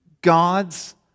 God's